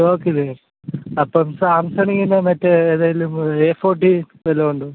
സ്റ്റോക്കില്ലേ അപ്പോൾ സാംസങ്ങിൻ്റെ മറ്റേ ഏതേലും ഏ ഫോട്ടി വല്ലതും ഉണ്ടോ